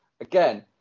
again